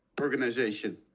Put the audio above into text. Organization